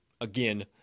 again